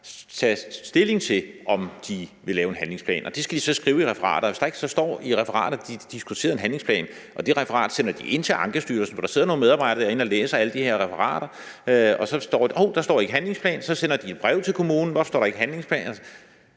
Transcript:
tage stilling til, om de vil lave en handlingsplan. Og de skal så skrive i referatet, at de har diskuteret en handlingsplan, og det referat sender de ind til Ankestyrelsen, hvor der sidder nogle medarbejdere og læser alle de her referater. Men hov, der står ikke noget med handlingsplan, og så sender de et brev til kommunen om, hvorfor der ikke står